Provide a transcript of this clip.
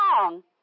wrong